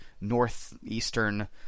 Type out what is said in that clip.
northeastern